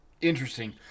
Interesting